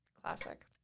classic